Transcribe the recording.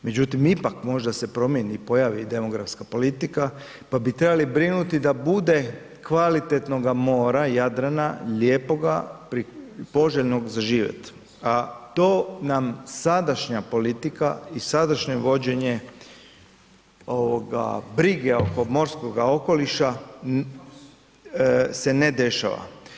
Međutim, ipak možda se promjeni i pojavi demografska politika pa bi trebali brinuti da bude kvalitetnoga mora Jadrana, lijepoga, poželjnog za živjet, a to nam sadašnja politika i sadašnje vođenje ovoga brige oko morskoga okoliša se ne dešava.